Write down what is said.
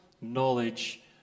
knowledge